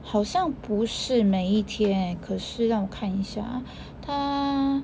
好像不是每一天可是让看一下啊他